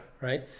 right